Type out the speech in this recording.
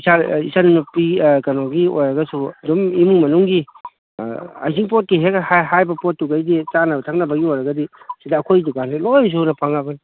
ꯏꯆꯟꯅꯨꯄꯤ ꯀꯩꯅꯣꯒꯤ ꯑꯣꯏꯔꯒꯁꯨ ꯑꯗꯨꯝ ꯏꯃꯨꯡ ꯃꯅꯨꯡꯒꯤ ꯍꯩꯖꯤꯡꯄꯣꯠꯀꯤ ꯍꯦꯛ ꯍꯥꯏꯕ ꯄꯣꯠꯇꯨꯒꯩꯗꯤ ꯆꯥꯅ ꯊꯛꯅꯕꯒꯤ ꯑꯣꯏꯔꯒꯗꯤ ꯁꯤꯗ ꯑꯩꯈꯣꯏ ꯗꯨꯀꯥꯟꯁꯤꯗ ꯂꯣꯏꯅ ꯁꯨꯅ ꯐꯪꯉꯕꯅꯤ